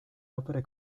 opere